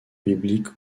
bibliques